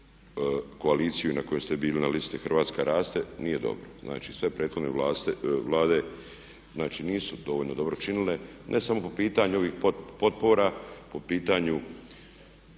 koaliciju na kojoj ste bili na listi „Hrvatska raste“ nije dobro. Znači, sve prethodne vlade, znači nisu dovoljno dobro činile ne samo po pitanju ovih potpora, po pitanju